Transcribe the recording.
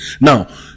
Now